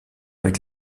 avec